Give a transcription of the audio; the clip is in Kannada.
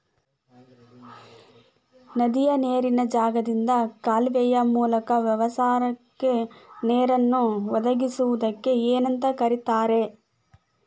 ನದಿಯ ನೇರಿನ ಜಾಗದಿಂದ ಕಾಲುವೆಯ ಮೂಲಕ ವ್ಯವಸಾಯಕ್ಕ ನೇರನ್ನು ಒದಗಿಸುವುದಕ್ಕ ಏನಂತ ಕರಿತಾರೇ?